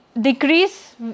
decrease